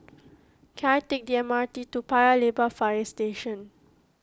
can I take the M R T to Paya Lebar Fire Station